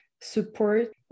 support